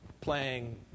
playing